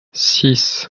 six